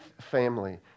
family